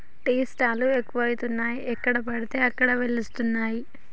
tea stall లు ఎక్కువయినాయి ఎక్కడ పడితే అక్కడ వెలుస్తానయ్